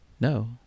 No